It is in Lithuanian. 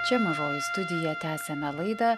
čia mažoji studija tęsiame laidą